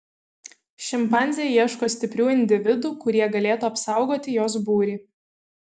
šimpanzė ieško stiprių individų kurie galėtų apsaugoti jos būrį